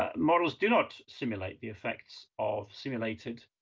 ah models do not simulate the effects of simulated,